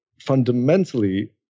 fundamentally